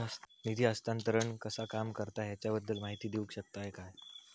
निधी हस्तांतरण कसा काम करता ह्याच्या बद्दल माहिती दिउक शकतात काय?